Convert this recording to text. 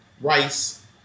rice